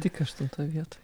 tik aštuntoj vietoj